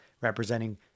representing